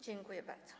Dziękuję bardzo.